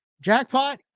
Jackpot